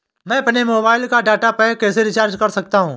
मैं अपने मोबाइल का डाटा पैक कैसे रीचार्ज कर सकता हूँ?